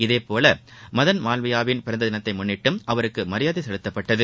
இதேபோல் மதன்மால்வியாவின் பிறந்த தினத்தை முன்னிட்டும் அவருக்கு மரியாதை செலுத்தப்பட்டது